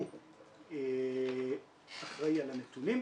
הוא אחראי על הנתונים,